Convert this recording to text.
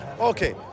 Okay